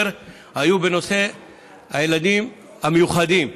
יותר, היו בנושא הילדים המיוחדים.